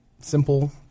simple